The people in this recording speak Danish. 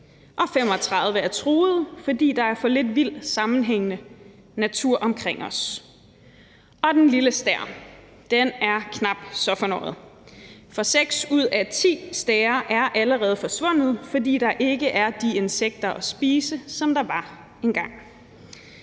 og 35 er truet, fordi der er for lidt sammenhængende vild natur omkring os. Og den lille stær er knap så fornøjet, for seks ud af ti stære er allerede forsvundet, fordi der ikke er de insekter at spise, som der var engang.